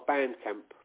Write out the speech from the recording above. Bandcamp